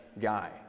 guy